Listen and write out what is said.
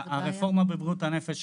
הרפורמה בבריאות הנפש,